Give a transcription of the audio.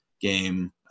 game